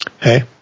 hey